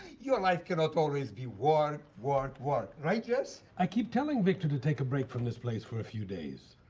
your life cannot always be work, work, work, right, jess? i keep telling victor to take a break from this place for a few days.